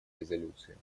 резолюции